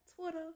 Twitter